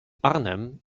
arnhem